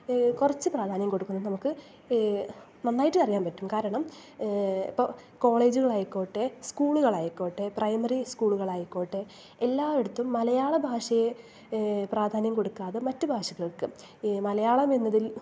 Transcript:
കുറച്ചു പ്രാധാന്യം കൊടുക്കണം നമുക്ക് നന്നായിട്ട് അറിയാൻ പറ്റും കാരണം ഇപ്പം കോളേജുകളായിക്കോട്ടെ സ്കൂളുകൾ ആയിക്കോട്ടെ പ്രൈമറി സ്കൂളുകൾ ആയിക്കോട്ടെ എല്ലായിടത്തും മലയാള ഭാഷയെ പ്രാധാന്യം കൊടുക്കാതെ മറ്റ് ഭാഷകൾക്ക് മലയാളം എന്നതിൽ